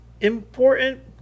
important